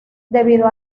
debido